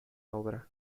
obra